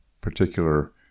particular